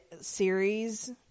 series